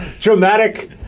Dramatic